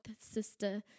sister